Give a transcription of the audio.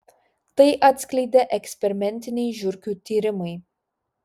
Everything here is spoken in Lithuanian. tai atskleidė eksperimentiniai žiurkių tyrimai